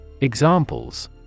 Examples